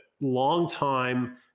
longtime